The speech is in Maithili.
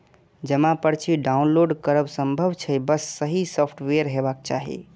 जमा पर्ची डॉउनलोड करब संभव छै, बस सही सॉफ्टवेयर हेबाक चाही